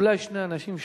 אולי שני אנשים,